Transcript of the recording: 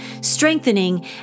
strengthening